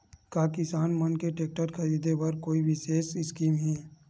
का किसान मन के टेक्टर ख़रीदे बर कोई विशेष स्कीम हे?